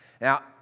Now